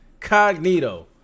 cognito